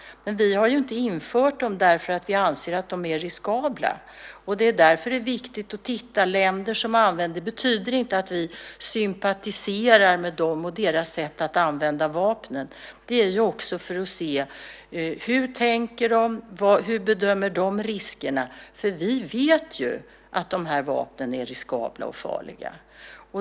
Men vi har ju inte infört dem därför att vi anser att de är riskabla. Det är därför det är viktigt att titta på länder som använder dem. Det betyder inte att vi sympatiserar med dem och deras sätt att använda vapnen. Vi gör det också för att se: Hur tänker de? Hur bedömer de riskerna? Vi vet ju att de här vapnen är riskabla och farliga.